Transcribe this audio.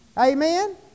Amen